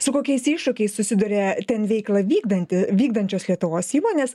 su kokiais iššūkiais susiduria ten veiklą vykdanti vykdančios lietuvos įmonės